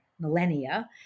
millennia